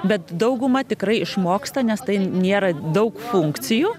bet dauguma tikrai išmoksta nes tai nėra daug funkcijų